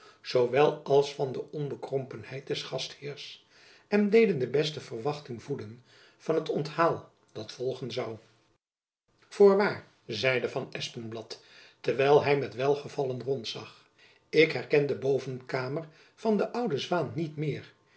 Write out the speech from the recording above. wel als van de onbekrompenheid des gastheers en deden de beste verwachting voeden van het onthaal dat volgen zoû voorwaar zeide van espenblad terwijl hy met welgevallen rondzag ik herken de bovenkamer van de oude zwaen niet meer